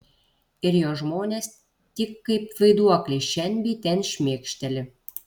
ir jo žmonės tik kaip vaiduokliai šen bei ten šmėkšteli